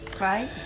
Right